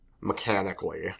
mechanically